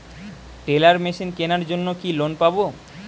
Teller machine কেনার জন্য কি লোন পাব?